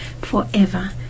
forever